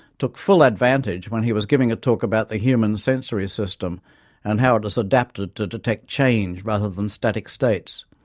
took full advantage when he was giving a talk about the human sensory system and how it is adapted to detect change rather than static states.